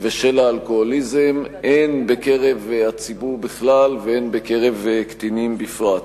ושל האלכוהוליזם בקרב הציבור בכלל ובקרב קטינים בפרט.